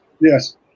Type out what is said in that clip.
yes